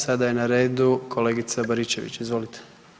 Sada je na redu kolegica Baričević, izvolite.